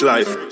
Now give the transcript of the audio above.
Life